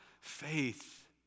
faith